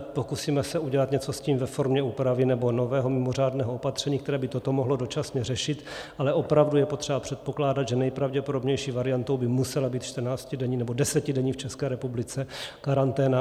Pokusíme se udělat něco s tím ve formě úpravy nebo nového mimořádného opatření, které by toto mohlo dočasně řešit, ale opravdu je potřeba předpokládat, že nejpravděpodobnější variantou by musela být čtrnáctidenní, nebo desetidenní v České republice, karanténa.